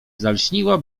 zalśniła